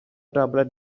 tablet